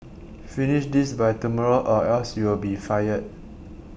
finish this by tomorrow or else you'll be fired